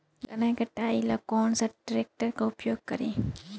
गन्ना के कटाई ला कौन सा ट्रैकटर के उपयोग करी?